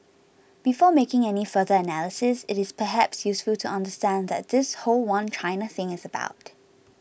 before making any further analysis it is perhaps useful to understand what this whole One China thing is about